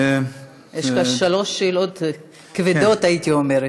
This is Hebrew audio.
יש לך שלוש שאלות כבדות, הייתי אומרת.